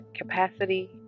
capacity